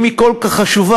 אם היא כל כך חשובה,